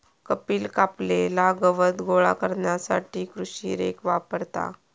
कपिल कापलेला गवत गोळा करण्यासाठी कृषी रेक वापरता